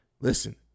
Listen